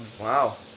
Wow